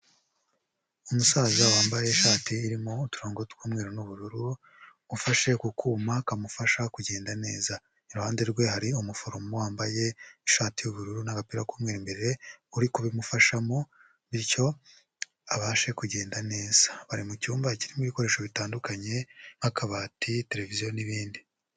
Umusaza wambaye ishati irimo uturongogo tw'umweru n'ubururu ufashe ku kuma kamufasha kugenda neza iruhande rwe hari umuforomo wambaye ishati y'ubururu n'agapira k'umweru imbere uri kubimufashamo bityo abashe kugenda neza ari mu cyumba kirimo ibikoresho bitandukanye nk'akabati tereviziyo n'ibindi.